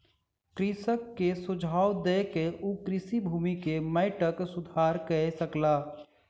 कृषक के सुझाव दय के ओ कृषि भूमि के माइटक सुधार कय सकला